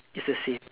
is the same